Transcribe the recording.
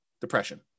depression